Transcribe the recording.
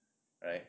right